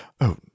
Oh